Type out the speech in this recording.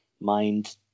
mind